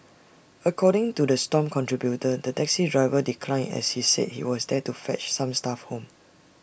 according to the stomp contributor the taxi driver declined as he said he was there to fetch some staff home